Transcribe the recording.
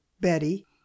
Betty